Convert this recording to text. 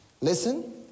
Listen